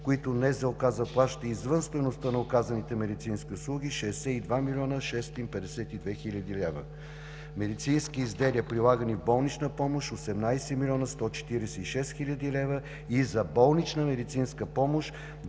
които НЗОК заплаща извън стойността на оказаните медицински услуги – 62 млн. 652 хил. лв.; медицински изделия, прилагани в болнична помощ – 18 млн. 146 хил. лв., и за болнична медицинска помощ –